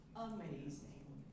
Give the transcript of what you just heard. amazing